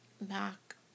back